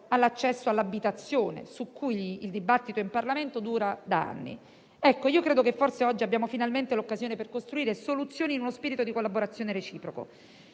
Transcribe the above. all'accesso all'abitazione, su cui il dibattito in Parlamento dura da anni. Credo che forse oggi abbiamo finalmente l'occasione per costruire soluzioni in uno spirito di collaborazione reciproca: